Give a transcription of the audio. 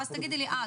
ואז תגידי לי - אה,